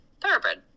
thoroughbred